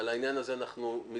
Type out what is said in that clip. על העניין הזה אנחנו מתדיינים.